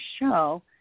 show